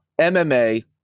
MMA